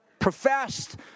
professed